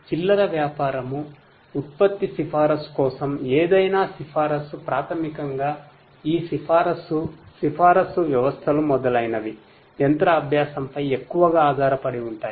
చిల్లర వ్యాపారము ఉత్పత్తి సిఫారసు కోసం ఏదైనా సిఫారసు ప్రాథమికంగా ఈ సిఫారసు సిఫారసు వ్యవస్థలు మొదలైనవి మెషిన్ లెర్నింగ్ పై ఎక్కువగా ఆధారపడి ఉంటాయి